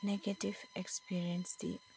negative ꯑꯦꯛꯁꯄꯤꯔꯦꯟꯁꯇꯤ